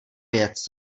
věc